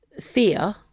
fear